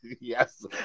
Yes